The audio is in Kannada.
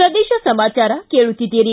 ಪ್ರದೇಶ ಸಮಾಚಾರ ಕೇಳುತ್ತಿದ್ದೀರಿ